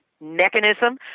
mechanism